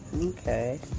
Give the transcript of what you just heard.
okay